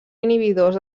inhibidors